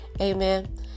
amen